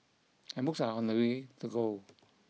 and books are on the way to go